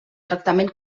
tractament